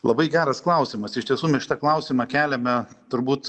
labai geras klausimas iš tiesų mes šitą klausimą keliame turbūt